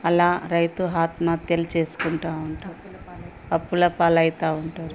అలా రైతు ఆత్మహత్యలు చేసుకుంటూ ఉంటారు అప్పులపాలు అవుతూ ఉంటారు